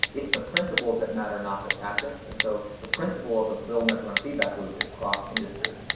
it's the principles that matter, not the tactics. and so, the principle of the build-measure-learn feedback loop is cross-industry.